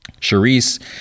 Charisse